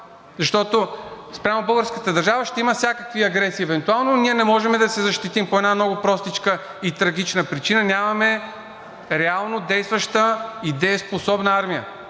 защото спрямо българската държава ще има всякакви агресии евентуално, ние не можем да се защитим по една много простичка и трагична причина – нямаме реално действаща и дееспособна армия,